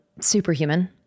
Superhuman